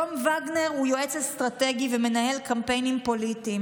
תום וגנר הוא יועץ אסטרטגי ומנהל קמפיינים פוליטיים.